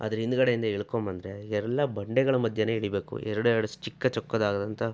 ಅದ್ರ ಹಿಂದ್ಗಡೆಯಿಂದ ಇಳ್ಕೊಂಬಂದ್ರೆ ಎಲ್ಲ ಬಂಡೆಗಳ ಮಧ್ಯೆಯೇ ಇಳೀಬೇಕು ಎರ್ಡು ಎರ್ಡು ಚಿಕ್ಕ ಚೊಕ್ಕದಾದಂಥ